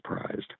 surprised